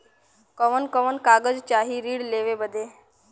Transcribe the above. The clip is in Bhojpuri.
कवन कवन कागज चाही ऋण लेवे बदे?